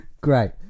Great